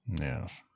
Yes